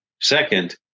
Second